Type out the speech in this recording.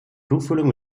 tuchfühlung